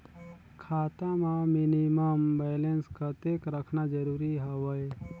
खाता मां minimum balance कतेक रखना जरूरी हवय?